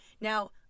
Now